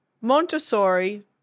Montessori